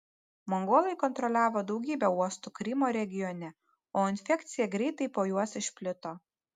mongolai kontroliavo daugybę uostų krymo regione o infekcija greitai po juos išplito